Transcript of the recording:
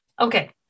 okay